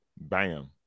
Bam